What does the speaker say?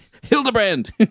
Hildebrand